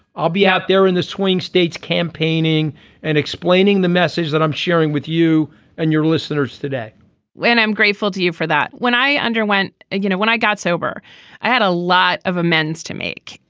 i'll be out there in the swing states campaigning and explaining the message that i'm sharing with you and your listeners today and i'm grateful to you for that when i underwent and you know when i got sober i had a lot of amends to make.